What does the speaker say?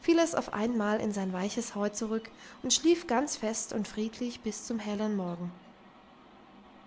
fiel es auf einmal in sein weiches heu zurück und schlief ganz fest und friedlich bis zum hellen morgen